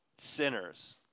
sinners